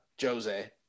Jose